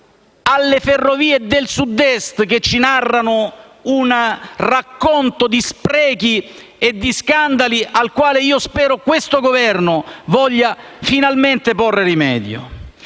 alle Ferrovie del Sud-Est, che ci narrano un racconto di sprechi e di scandali al quale io spero questo Governo voglia finalmente porre rimedio,